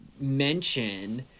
mention